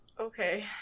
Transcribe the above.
Okay